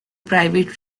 private